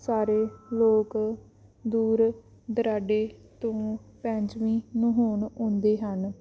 ਸਾਰੇ ਲੋਕ ਦੂਰ ਦੁਰਾਂਡੇ ਤੋਂ ਪੰਚਵੀਂ ਨਹਾਉਣ ਆਉਂਦੇ ਹਨ